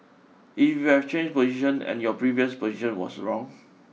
if we have changed position and your previous position was wrong